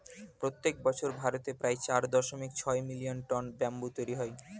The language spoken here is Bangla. প্রত্যেক বছর ভারতে প্রায় চার দশমিক ছয় মিলিয়ন টন ব্যাম্বু তৈরী হয়